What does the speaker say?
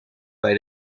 bij